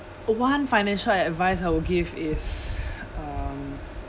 one financial advice I will give is um